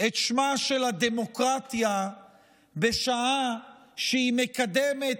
את שמה של הדמוקרטיה בשעה שהיא מקדמת